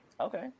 Okay